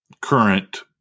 current